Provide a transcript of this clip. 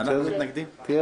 תהיה